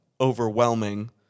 overwhelming